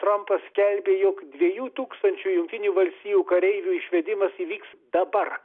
trampas skelbė jog dviejų tūkstančių jungtinių valstijų kareivių išvedimas įvyks dabar